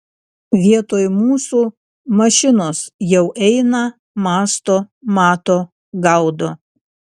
vietoj mūsų mašinos jau eina mąsto mato gaudo